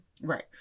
right